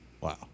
Wow